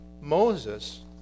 Moses